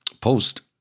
post